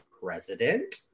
President